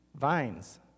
vines